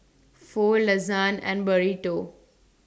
Pho Lasagne and Burrito